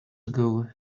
ago